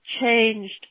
changed